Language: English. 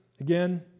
again